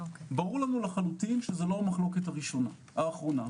ברור לנו שזו לא המחלוקת האחרונה.